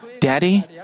Daddy